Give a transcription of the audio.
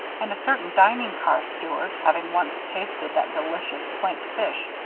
and a certain dining-car steward, having once tasted that delicious planked fish,